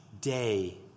day